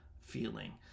feeling